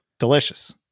Delicious